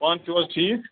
پانہٕ چھِو حظ ٹھیٖک